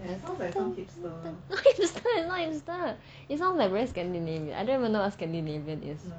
no it's not it's not hipster it sounds like very scandinavian I don't even know of scandinavian is